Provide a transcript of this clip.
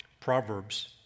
Proverbs